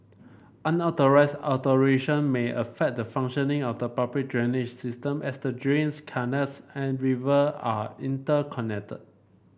unauthorised alteration may affect the functioning of the public drainage system as the drains canals and river are interconnected